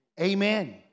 Amen